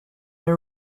the